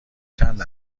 چند